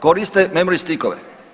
Koriste memori stikove.